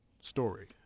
story